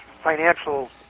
financial